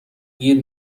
گیر